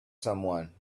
someone